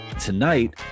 Tonight